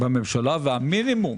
המינימום